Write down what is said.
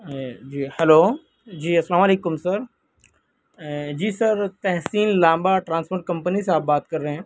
جی hello جی السلام علیکم سر جی سر تحصین لانبہ ٹرانسپوٹ کمپنی سے آپ بات کر رہے ہیں